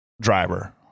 driver